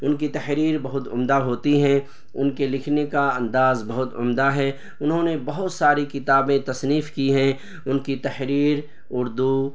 ان کی تحریر بہت عمدہ ہوتی ہیں ان کے لکھنے کا انداز بہت عمدہ ہے انہوں نے بہت ساری کتابیں تصنیف کی ہیں ان کی تحریر اردو